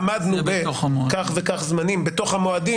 עמדנו בכך וכך זמנים בתוך המועדים